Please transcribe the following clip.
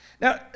Now